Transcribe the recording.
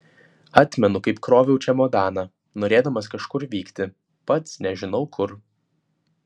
atmenu kaip kroviau čemodaną norėdamas kažkur vykti pats nežinau kur